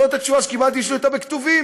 זאת התשובה שקיבלתי, יש לי אותה בכתובים,